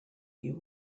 you